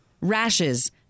rashes